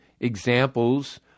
examples